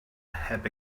heb